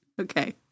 Okay